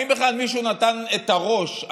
האם בכלל מישהו נתן את הראש,